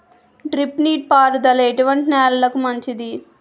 Drip నీటి పారుదల ఎటువంటి నెలలకు మంచిది?